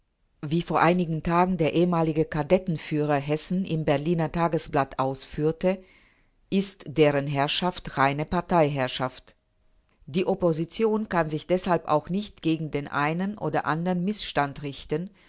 wie vor einigen tagen der ehemalige kadettenführer hessen im berliner tageblatt ausführte ist deren herrschaft reine parteiherrschaft die opposition kann sich deshalb auch nicht gegen den einen oder anderen mißstand richten